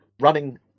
running